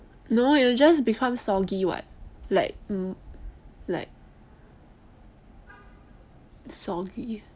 no it will just become soggy [what] like like soggy